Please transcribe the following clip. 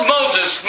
Moses